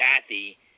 Kathy